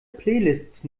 playlists